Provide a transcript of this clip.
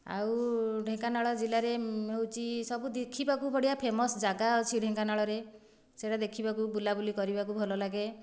ଆଉ ଢେଙ୍କାନାଳ ଜିଲ୍ଲାରେ ହେଉଛି ସବୁ ଦେଖିବାକୁ ବଢ଼ିଆ ଫେମସ୍ ଯାଗା ଅଛି ଢେଙ୍କାନାଳରେ ସେହିଟା ଦେଖିବାକୁ ବୁଲାବୁଲି କରିବାକୁ ଭଲ ଲାଗେ